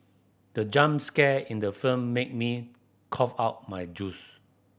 the jump scare in the film made me cough out my juice